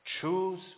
Choose